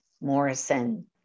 Morrison